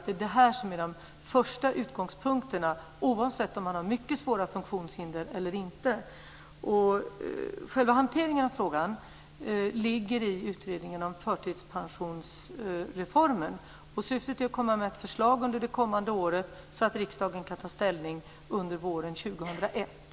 Det är detta som är utgångspunkten oavsett om man har mycket svåra funktionshinder eller inte. Utredningen om förtidspensionsreformen ska hantera frågan. Syftet är att komma med ett förlag under det kommande året, så att riksdagen kan ta ställning under våren 2001.